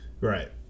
Right